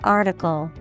article